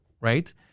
right